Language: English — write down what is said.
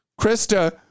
Krista